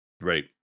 right